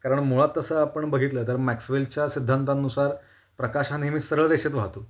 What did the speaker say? कारण मुळात तसं आपण बघितलं तर मॅक्सवेलच्या सिद्धांतांनुसार प्रकाश हा नेहमी सरळ रेषेत वाहतो